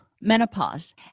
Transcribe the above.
menopause